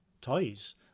toys